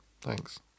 Thanks